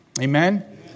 Amen